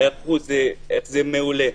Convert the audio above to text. שזה מעולה.